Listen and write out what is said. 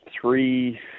three